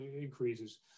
increases